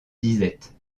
disette